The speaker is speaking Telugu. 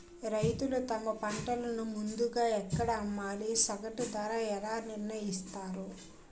రైతులు తమ పంటను ముందుగా ఎక్కడ అమ్మాలి? సగటు ధర ఎలా నిర్ణయిస్తారు?